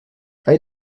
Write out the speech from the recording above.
hay